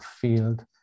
field